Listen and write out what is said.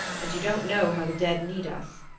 and you don't know how the dead need us.